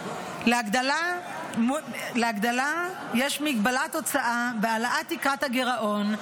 --- להגדלת מגבלת ההוצאה והעלאת תקרת הגירעון,